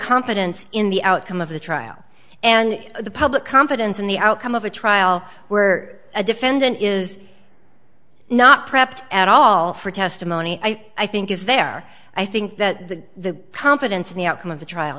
confidence in the outcome of the trial and the public confidence in the outcome of a trial where a defendant is not prepped at all for testimony i think is there i think that the confidence in the outcome of the trial